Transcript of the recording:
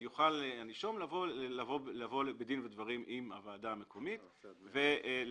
יוכל הנישום לבוא בדין ודברים עם הוועדה המקומית ולהגיע